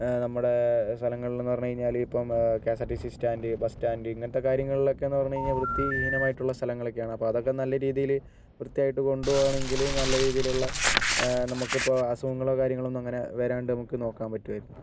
നമ്മളുടെ സ്ഥലങ്ങളിൽ എന്ന് പറഞ്ഞു കഴിഞ്ഞാൽ ഇപ്പം K S R T C stand bus stand ഇങ്ങനത്തെ കാര്യങ്ങളിലൊക്കെ പറഞ്ഞു കഴിഞ്ഞാൽ വൃത്തിഹീനമായിട്ടുള്ള സ്ഥലങ്ങൾ ഒക്കെയാണ് അപ്പോൾ അതൊക്കെ നല്ല രീതിയിൽ വൃത്തിയായിട്ട് കൊണ്ട് പോവുകയാണെങ്കിൽ നല്ല രീതിയിലുള്ള നമുക്കിപ്പോൾ അസുഖങ്ങളോ കാര്യങ്ങളോ ഒന്നും അങ്ങനെ വരാണ്ട് നമുക്ക് നോക്കാൻ പറ്റുകയായിരിക്കും